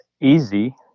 Easy